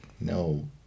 no